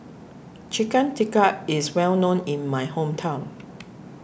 Chicken Tikka is well known in my hometown